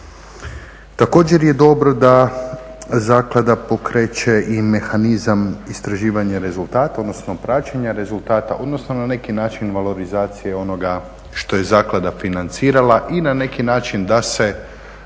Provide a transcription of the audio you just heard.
Također je dobro da zaklada pokreće i mehanizam istraživanja rezultata, odnosno praćenja rezultata odnosno na neki način valorizacije onoga što je zaklada financirala i na neki način da se